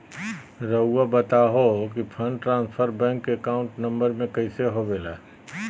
रहुआ बताहो कि fund transfer bank account number में कैसे होबेला?